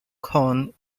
cones